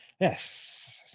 Yes